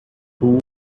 who